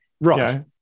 Right